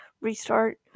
restart